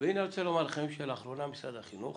והנה אני רוצה לומר לכם שלאחרונה משרד החינוך